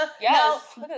Yes